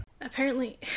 Apparently-